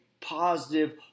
positive